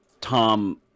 Tom